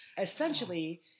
Essentially